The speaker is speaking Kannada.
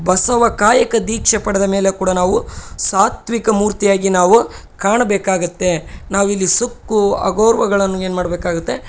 ಬಸವ ಕಾಯಕ ದೀಕ್ಷೆ ಪಡೆದ ಮೇಲೆ ಕೂಡ ನಾವು ಸಾತ್ವಿಕ ಮೂರ್ತಿಯಾಗಿ ನಾವು ಕಾಣಬೇಕಾಗುತ್ತೆ ನಾವಿಲ್ಲಿ ಸೊಕ್ಕು ಅಗೌರವಗಳನ್ನು ಏನುಮಾಡ್ಬೇಕಾಗುತ್ತೆ